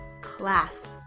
class